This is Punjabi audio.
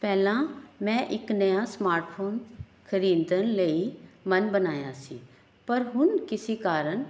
ਪਹਿਲਾਂ ਮੈਂ ਇੱਕ ਨਯਾਂ ਸਮਾਰਟਫੋਨ ਖਰੀਦਣ ਲਈ ਮੰਨ ਬਣਾਇਆ ਸੀ ਪਰ ਹੁਣ ਕਿਸੀ ਕਾਰਨ